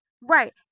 right